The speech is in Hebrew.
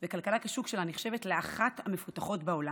וכלכלת השוק שלה נחשבת לאחת המפותחות בעולם,